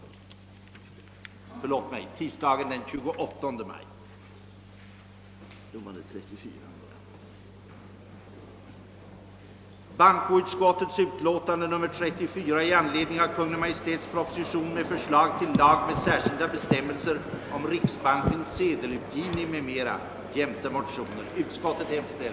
med guld efter deras lydelse, med rätt dock för riksbanken att före utgången av denna tid återuppta inlösningen av bankens sedlar om förhållandena gåve anledning till detta. 2. uttala, att riksbankens metalliska kassa borde förstärkas med lägst 300 miljoner kronor under år 1968.